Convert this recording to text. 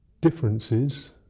differences